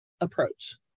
approach